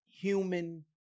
human